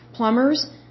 Plumbers